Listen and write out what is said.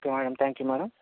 okay madam thank you madam